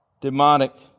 demonic